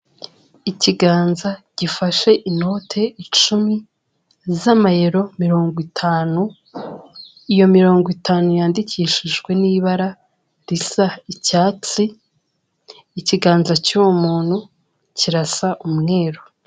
Ikiganza gifashe inote icumi z'amayero mirongo itanu, iyo mirongo itanu yandikishijwe n'ibara risa icyatsi, ikiganza cy'uwo muntu kirasa umweru.